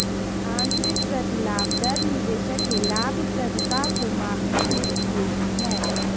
आंतरिक प्रतिलाभ दर निवेशक के लाभप्रदता को मापने में उपयोगी है